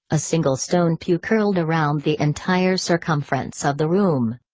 a single stone pew curled around the entire circumference of the room.